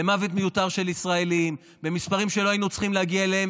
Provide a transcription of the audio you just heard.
למוות מיותר של ישראלים במספרים שלא היינו צריכים להגיע אליהם,